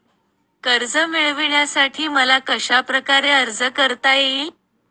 कर्ज मिळविण्यासाठी मला कशाप्रकारे अर्ज करता येईल?